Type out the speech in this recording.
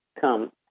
come